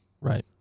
Right